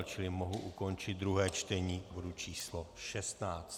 Čili mohu ukončit druhé čtení bodu číslo 16.